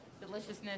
deliciousness